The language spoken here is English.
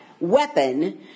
weapon